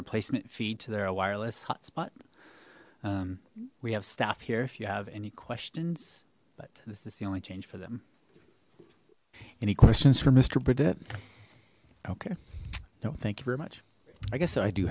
replacement feet to their a wireless hotspot we have staff here if you have any questions but this is the only change for them any questions for mister burdette okay no thank you very much i guess i do